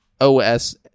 OS